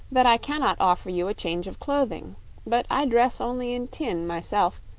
that i can not offer you a change of clothing but i dress only in tin, myself,